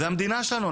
זו המדינה שלו.